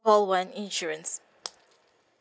call one insurance